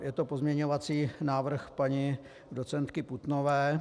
Je to pozměňovací návrh paní docentky Putnové.